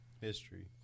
history